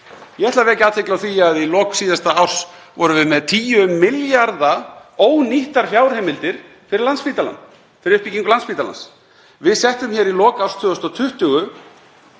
Ég ætla að vekja athygli á því að í lok síðasta árs vorum við með 10 milljarða kr. ónýttar fjárheimildir fyrir uppbyggingu Landspítalans. Við settum í lok árs 2020,